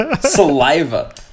Saliva